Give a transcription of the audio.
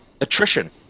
attrition